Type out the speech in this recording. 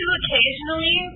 occasionally